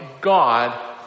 God